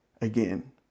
again